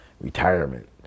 retirement